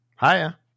Hiya